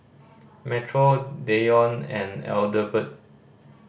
Metro Deion and Adelbert